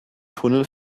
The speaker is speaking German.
tunnel